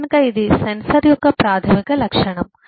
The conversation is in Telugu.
కనుక ఇది సెన్సర్ యొక్క ప్రాథమిక లక్షణం